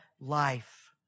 life